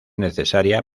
necesaria